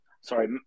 sorry